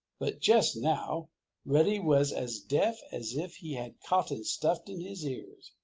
but just now reddy was as deaf as if he had cotton stuffed in his ears.